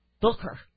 Booker